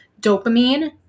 dopamine